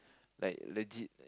like legit